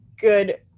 good